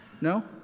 No